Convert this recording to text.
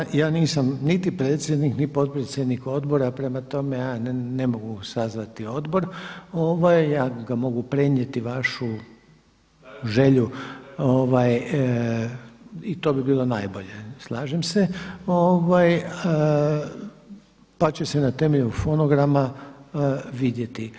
Dobro, to, ja nisam niti predsjednik, ni potpredsjednik odbora prema tome ja ne mogu sazvati odbor, ja mogu prenijeti vašu želju i to bi bilo najbolje, slažem se pa će se na temelju fonograma vidjeti.